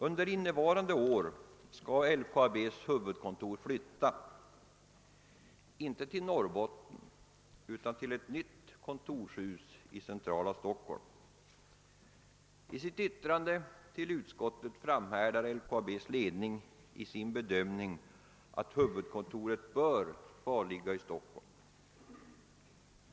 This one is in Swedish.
Under innevarande år skall LKAB:s huvudkontor flytta, inte till Norrbotten utan till ett nytt kontorshus i det centrala Stockholm. I sitt ytrande till utskottet framhärdar LKAB:s ledning i sin bedömning att huvudkontoret bör kvarligga i Stockholm.